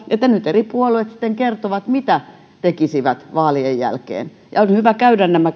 että nyt eri puolueet sitten kertovat mitä tekisivät vaalien jälkeen ja on hyvä käydä nämä